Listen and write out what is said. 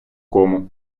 кому